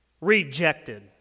Rejected